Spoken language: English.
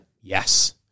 Yes